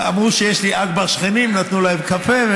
אמרו שיש לי אכבר שכנים, נתנו להם קפה,